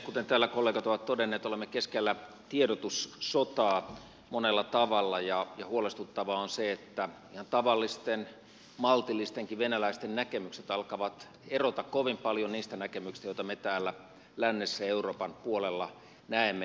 kuten täällä kollegat ovat todenneet olemme keskellä tiedotussotaa monella tavalla ja huolestuttavaa on se että ihan tavallisten maltillistenkin venäläisten näkemykset alkavat erota kovin paljon niistä näkemyksistä joita me täällä lännessä euroopan puolella näemme